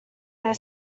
their